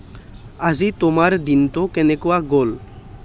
আজি তোমাৰ দিনটো কেনেকুৱা গ'ল